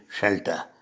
shelter